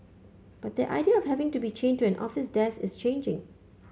but that idea of having to be chained to an office desk is changing